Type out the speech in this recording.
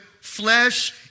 flesh